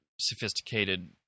sophisticated